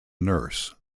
nurse